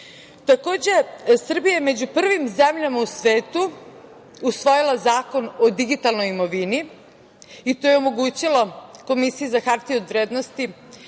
Srbija je među prvim zemljama u svetu usvojila Zakon o digitalnoj imovini i to je omogućilo da Komisiji za hartije od vrednosti